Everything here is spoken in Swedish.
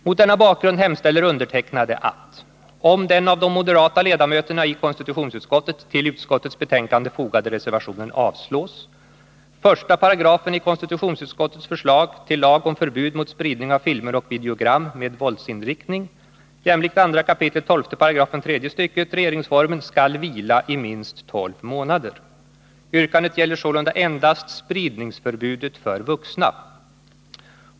Mot denna bakgrund hemställer undertecknade att — om den av de moderata ledamöterna i konstitutionsutskottet till utskottets betänkande fogade reservationen avslås — 1 8 i KU:s förslag till lag om förbud mot spridning av filmer och videogram med våldsinriktning jämlikt 2 kap. 12 § tredje stycket RF skall vila i minst tolv månader. Yrkandet gäller sålunda endast spridningsförbudet för vuxna.